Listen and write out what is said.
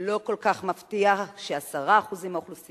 לא כל כך מפתיע ש-10% מהאוכלוסייה